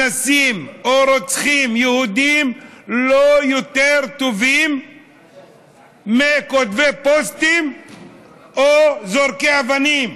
אנסים או רוצחים יהודים לא יותר טובים מכותבי פוסטים או מזורקי אבנים.